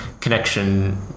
connection